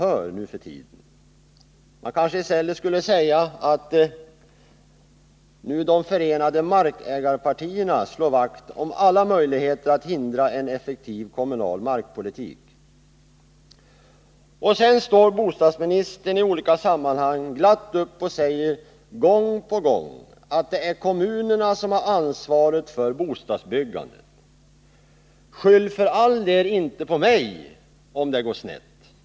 Vi kanske i stället skall säga att det är de förenade markägarpartierna som slår vakt om alla möjligheter att hindra en effektiv kommunal markpolitik. Bostadsministern står sedan i olika sammanhang glatt upp och säger, gång på gång, att det är kommunerna som har ansvaret för bostadsbyggandet. Skyll för all del inte på mig om det går snett, säger hon.